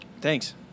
Thanks